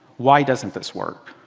why doesn't this work?